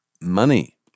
Money